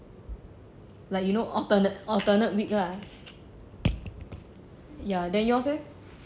like you know altern~ alternate week lah then yours leh